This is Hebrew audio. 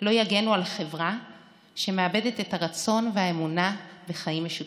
לא יגנו על חברה שמאבדת את הרצון והאמונה בחיים משותפים.